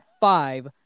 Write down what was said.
five